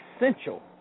essential